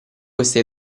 questa